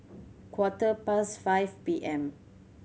quarter past five P M